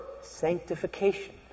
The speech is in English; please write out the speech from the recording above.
sanctification